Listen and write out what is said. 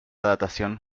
datación